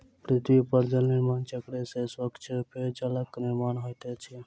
पृथ्वी पर जल निर्माण चक्र से स्वच्छ पेयजलक निर्माण होइत अछि